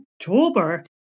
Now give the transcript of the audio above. October